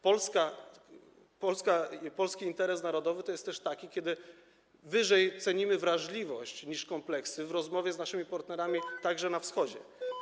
Polska, polski interes narodowy jest też taki, aby wyżej cenić wrażliwość niż kompleksy w rozmowie z naszymi partnerami, także na Wschodzie.